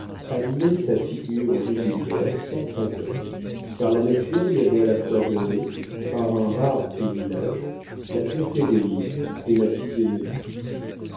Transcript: animait sa figure régulière sans fadeur car la nature lui avait à la fois donné par un rare privilége la pureté des lignes et la physionomie